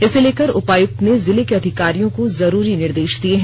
इसे लेकर उपायुक्त ने जिले को अधिकारियों को जरूरी निर्देश दिए हैं